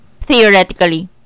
Theoretically